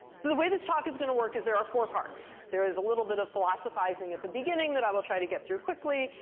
so the way this talk is going to work is there are four parts. there is a little bit of philosophizing at the beginning that i will try to get through quickly.